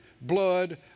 blood